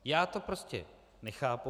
Já to prostě nechápu.